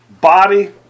body